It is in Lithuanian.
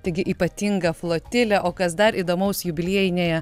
taigi ypatinga flotilė o kas dar įdomaus jubiliejinėje